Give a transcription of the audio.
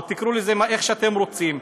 או תקראו לזה איך שאתם רוצים,